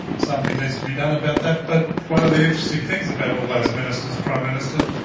something needs to be done about that. but one of the interesting things about all those ministers, prime minister,